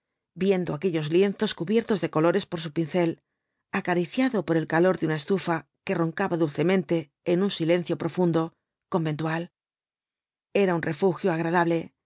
viendo aquellos lienzos cubiertos de colores por su pincel acariciado por el calor de una estufa que roncaba dulcemente en un silencio profundo conventual era un refugio agradable